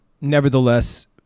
nevertheless